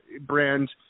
brand